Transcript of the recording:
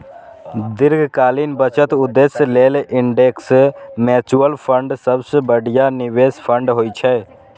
दीर्घकालीन बचत उद्देश्य लेल इंडेक्स म्यूचुअल फंड सबसं बढ़िया निवेश फंड होइ छै